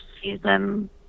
season